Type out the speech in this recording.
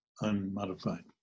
unmodified